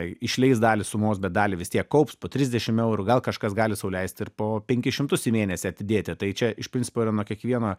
išleis dalį sumos bet dalį vis tiek kaups po trisdešimt eurų gal kažkas gali sau leisti ir po penkis šimtus į mėnesį atidėti tai čia iš principo yra nuo kiekvieno